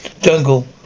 Jungle